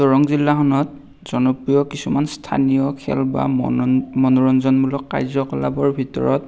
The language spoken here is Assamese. দৰং জিলাখনত জনপ্ৰিয় কিছুমান স্থানীয় খেল বা মনোৰঞ্জনমূলক কাৰ্যকলাপৰ ভিতৰত